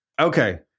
Okay